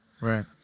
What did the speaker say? Right